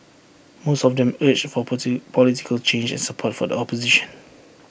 most of them urged for political change and support for the opposition